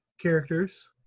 characters